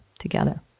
together